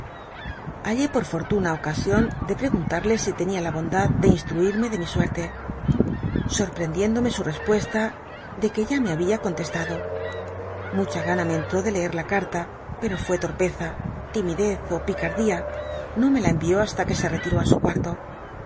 google por ibrtima ocabion de preguntarle si tenia la bondad de instruirme de mi suerte sorprendiéndome su respuestade que ya me habia con testado mucha gana me entró de leer la carta pero fuese torpeza timidez ó picardía no me la envió hasta que se retiró á su cuarto